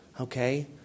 Okay